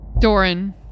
Doran